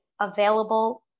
available